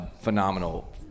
Phenomenal